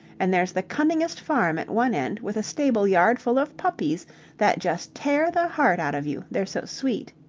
and there's the cunningest farm at one end with a stable yard full of puppies that just tear the heart out of you, they're so sweet.